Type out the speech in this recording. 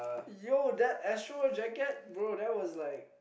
yo that Astroworld jacket bro that was like